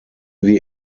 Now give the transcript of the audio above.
wir